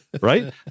right